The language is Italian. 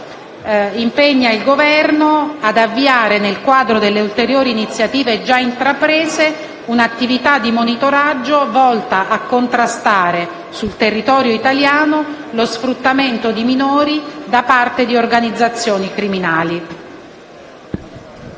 bambini, impegna il Governo ad avviare, nel quadro delle ulteriori iniziative già intraprese, un'attività di monitoraggio volta a contrastare, sul territorio italiano, lo sfruttamento di minori da parte delle organizzazioni criminali.